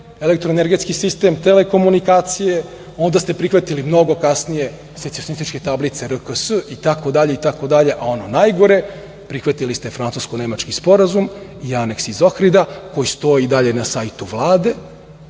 elektroenergetski sistem, telekomunikacije, a onda ste prihvatili mnogo kasnije secesionističke tablice RKS, itd, itd. A ono najgore - prihvatili ste Francusko-nemački sporazum i Aneks iz Ohrida koji stoji i dalje na sajtu Vlade,